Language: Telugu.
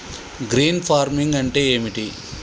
గ్రీన్ ఫార్మింగ్ అంటే ఏమిటి?